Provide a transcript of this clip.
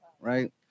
right